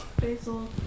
Basil